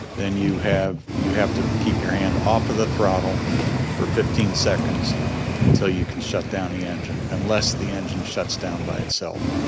then you have you have to keep your hand off of the throttle for fifteen seconds until you can shut down the engine, unless the engine shuts down by itself.